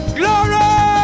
glory